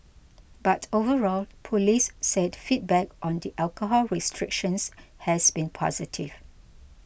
but overall police said feedback on the alcohol restrictions has been positive